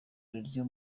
ryo